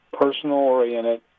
personal-oriented